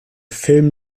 film